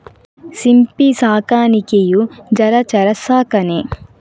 ಸಿಂಪಿ ಸಾಕಾಣಿಕೆಯು ಜಲಚರ ಸಾಕಣೆ